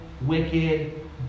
wicked